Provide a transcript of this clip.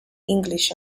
english